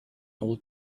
old